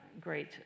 great